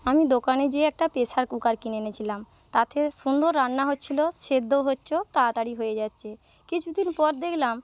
আমি দোকানে গিয়ে একটা প্রেসার কুকার কিনে এনেছিলাম তাতে সুন্দর রান্না হচ্ছিল সিদ্ধ হচ্ছে তাড়াতাড়ি হয়ে যাচ্ছে কিছুদিন পর দেখলাম